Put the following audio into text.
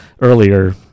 earlier